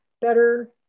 better